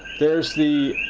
there's the